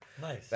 nice